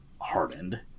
hardened